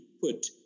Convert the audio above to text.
put